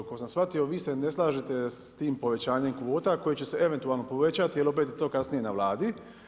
Koliko sam shvatio vi se ne slažete sa tim povećanjem kvota koje će se eventualno povećati, jer je to kasnije na Vladi.